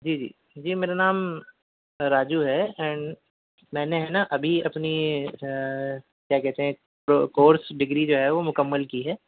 جی جی جی میرا نام راجو ہے اینڈ میں نے ہے نا ابھی اپنی کیا کہتے ہیں کورس ڈگری جو ہے وہ مکمل کی ہے